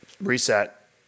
Reset